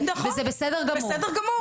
וזה בסדר גמור.